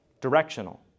directional